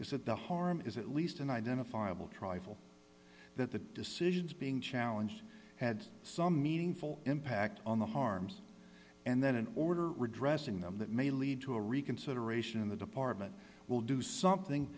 that the harm is at least an identifiable trifle that the decisions being challenged had some meaningful impact on the harms and then an order or addressing them that may lead to a reconsideration in the department will do something